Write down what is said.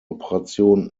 operation